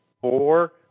four